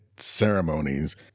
ceremonies